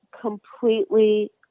completely